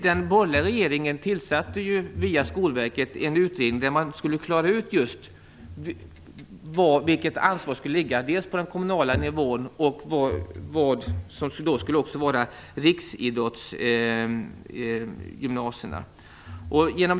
Den borgerliga regeringen tillsatte via Skolverket en utredning där man skulle klara ut vilket ansvar som skulle ligga på den kommunala nivån och vad som skulle vara riksidrottsgymnasier.